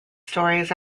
stories